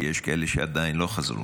כי יש כאלה שעדיין לא חזרו,